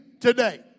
today